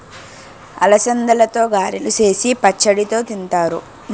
అలసందలతో గారెలు సేసి పచ్చడితో తింతారు